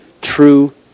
true